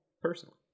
personally